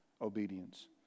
obedience